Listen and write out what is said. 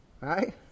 Right